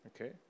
Okay